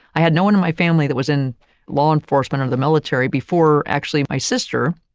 i had no one in my family that was in law enforcement or the military before, actually, my sister,